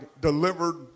delivered